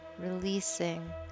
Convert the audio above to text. releasing